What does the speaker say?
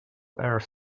earth